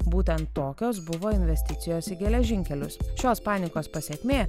būtent tokios buvo investicijos į geležinkelius šios panikos pasekmė